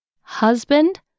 Husband